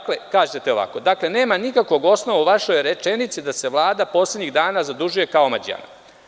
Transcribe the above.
Kažete ovako – nema nikakvog osnova u vašoj rečenici, da se Vlada poslednjih dana zadužuje kao omađijana.